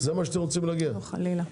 חלילה.